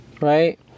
Right